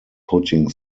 putting